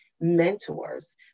mentors